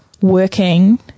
working